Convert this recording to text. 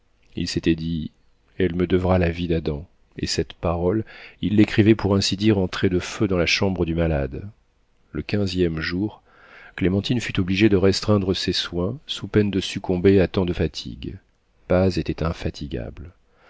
il s'était dit elle me devra la vie d'adam et cette parole il l'écrivait pour ainsi dire en traits de feu dans la chambre du malade le quinzième jour clémentine fut obligée de restreindre ses soins sous peine de succomber à tant de fatigues paz était infatigable